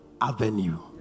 Avenue